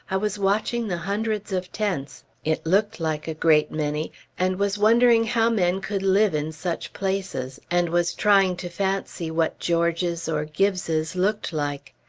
i was watching the hundreds of tents it looked like a great many and was wondering how men could live in such places, and was trying to fancy what george's or gibbes's looked like.